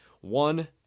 one